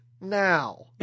now